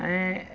माने